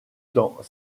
temps